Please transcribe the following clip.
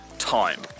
time